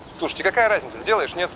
so so like comrade and voloshyn. yeah